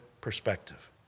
perspective